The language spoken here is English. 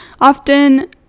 often